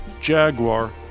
Jaguar